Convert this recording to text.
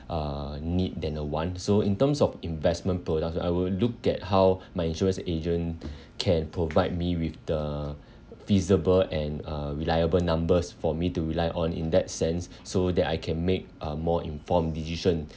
uh need than a want so in terms of investment products I will look at how my insurance agent can provide me with the feasible and uh reliable numbers for me to rely on in that sense so that I can make a more informed decision